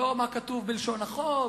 לא מה כתוב בלשון החוק